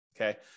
okay